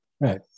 Right